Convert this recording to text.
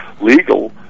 legal